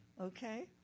Okay